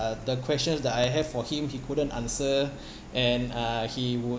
the questions that I have for him he couldn't answer and uh he would